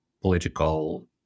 political